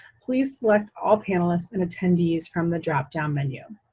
please select all panelists and attendees from the drop-down menu.